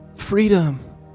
freedom